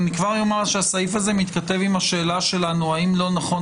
אני כבר אומר שהסעיף הזה מתכתב עם השאלה שלנו האם לא נכון